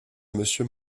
monsieur